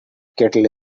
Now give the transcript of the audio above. kettle